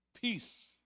peace